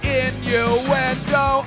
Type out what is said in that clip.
innuendo